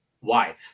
wife